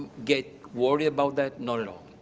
get worried about that? not at all.